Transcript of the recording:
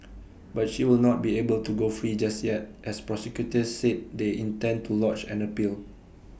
but she will not be able to go free just yet as prosecutors said they intend to lodge an appeal